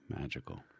Magical